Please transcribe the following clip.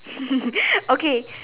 okay